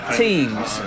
teams